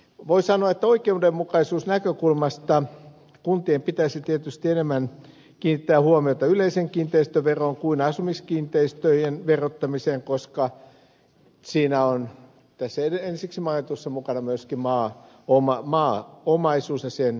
voi sanoa että oikeudenmukaisuusnäkökulmasta kuntien pitäisi tietysti enemmän kiinnittää huomiota yleiseen kiinteistöveroon kuin asumiskiinteistöjen verottamiseen koska tässä ensiksi mainitussa on mukana myöskin maaomaisuus ja sen verottaminen